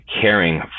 caring